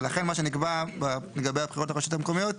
ולכן מה שנקבע לגבי הבחירות לרשויות המקומיות,